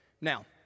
Now